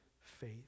faith